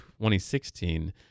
2016